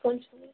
কোন সময়